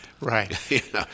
Right